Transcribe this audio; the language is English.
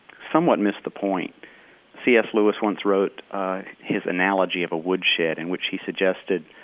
somewhat miss the point c. s. lewis once wrote his analogy of a woodshed in which he suggested,